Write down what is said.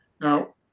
Now